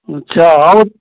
अच्छा और